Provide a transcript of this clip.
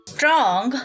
Strong